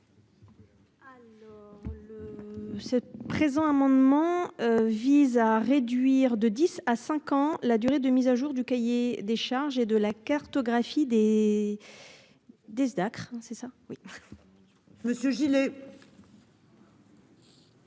Non. Ce présent amendement. Vise à réduire de 10 à 5 ans la durée de mise à jour du cahier des charges et de la cartographie des. Des Dacr c'est